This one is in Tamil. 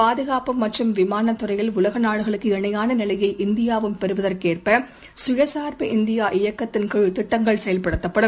பாதுகாப்பு மற்றும் விமானதுறையில் உலகநாடுகளுக்கு இணையானநிலையை இந்தியாவும் பெறுவதற்கேற்ப சுய சார்பு இந்தியா இயக்கத்தின் கீழ் திட்டங்கள் செயல்படுத்தப்படும்